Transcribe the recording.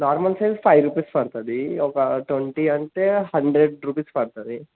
normal size five rupees పడుతుంది ఒక twenty అంటే హండ్రెడ్ రూపీస్ పడుతుంది